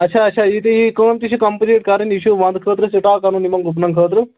اَچھا اَچھا یہِ تہِ یی کٲم تہِ چھِ کَمپٕلیٖٹ کَرٕنۍ یہِ چھُ ونٛدٕ خٲطرٕ سٕٹاک اَنُن یِمَن گُپنَن خٲطرٕ